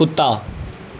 कुत्ता